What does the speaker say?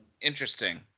Interesting